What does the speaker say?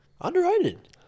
Underrated